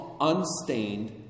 unstained